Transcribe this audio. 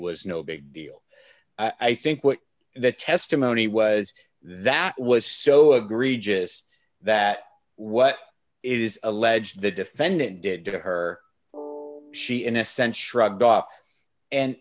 was no big deal i think what the testimony was that was so egregious that what it is alleged the defendant did to her she